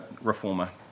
reformer